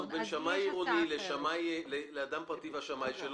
בין שמאי עירוני לאדם פרטי והשמאי שלו,